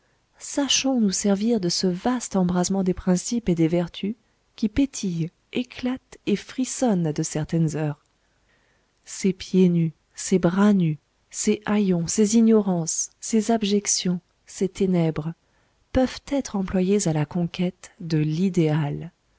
sachons nous servir de ce vaste embrasement des principes et des vertus qui pétille éclate et frissonne à de certaines heures ces pieds nus ces bras nus ces haillons ces ignorances ces abjections ces ténèbres peuvent être employés à la conquête de l'idéal